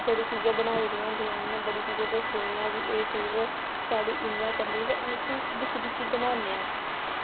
बड़ी चीज़ा बनाई दियां होंदियां ते बड़ी चीज़ां दस्सी दियां होंदियां ते साढ़ी इंया करनी ते अस उसगी दिक्खी दिक्खी बनाने आं